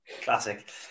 classic